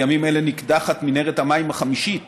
בימים אלה נקדחת מנהרת המים החמישית,